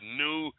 new